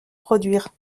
produire